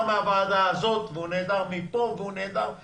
נכתב שהוא נעדר מן הוועדה הזאת והוא נעדר מפה והוא נעדר משם.